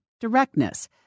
directness